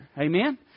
Amen